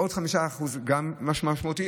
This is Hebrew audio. עוד 5% גם משמעותי.